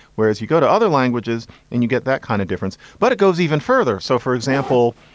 whereas you go to other languages and you get that kind of difference, but it goes even further. so, for example,